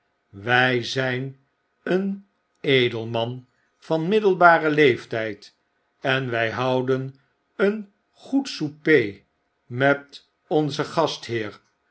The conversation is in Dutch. wij zyn een edelman van middelbaren leeftijd en wij houden een goed souper met onzen gastheer